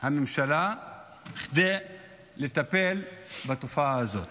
הממשלה כדי לטפל בתופעה הזאת,